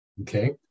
Okay